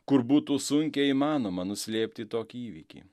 kur būtų sunkiai įmanoma nuslėpti tokį įvykį